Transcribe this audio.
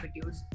videos